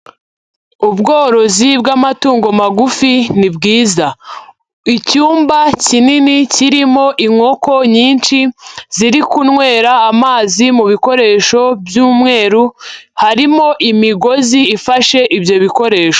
Ubworozi bw'amatungo magufi ni bwiza. Icyumba kinini kirimo inkoko nyinshi ziri kunywera amazi mu bikoresho by'umweru, harimo imigozi ifashe ibyo bikoresho.